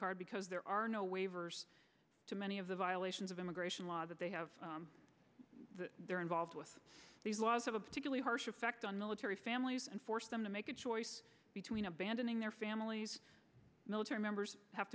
card because there are no waivers to many of the violations of immigration law that they have they're involved with these laws have a particularly harsh effect on military families and force them to make a choice between abandoning their families military members have